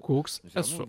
koks esu